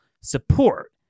support